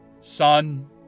Son